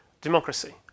democracy